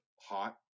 hot